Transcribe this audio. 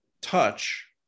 touch